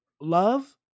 love